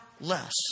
less